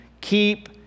keep